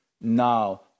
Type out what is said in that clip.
Now